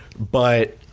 but